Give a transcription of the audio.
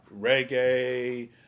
reggae